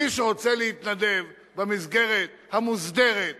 מי שרוצה להתנדב במסגרת המוסדרת במדינה,